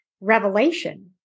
revelation